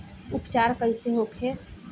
उपचार कईसे होखे?